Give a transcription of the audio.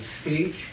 speech